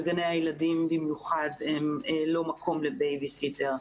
וגני הילדים במיוחד הם לא מקום לבייביסיטר.